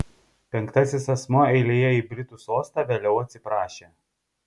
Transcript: penktasis asmuo eilėje į britų sostą vėliau atsiprašė